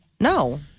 No